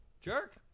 Jerk